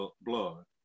blood